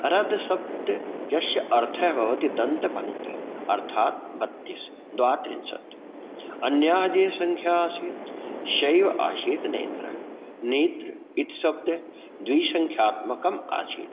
अराद्यसप्ते यश अर्थः भवति दन्तपङ्क्ति अर्थात् बत्तीस् द्वात्रिंशत् अन्याः ते सङ्ख्या आसीत् सैव आसीत् नेत्र नेत्र इति शब्द द्विसङ्ख्यात्मकम् आसीत्